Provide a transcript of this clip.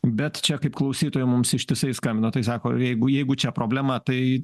bet čia kaip klausytojai mums ištisai skambino tai sako jeigu jeigu čia problema tai